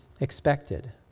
expected